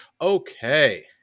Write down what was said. Okay